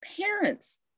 Parents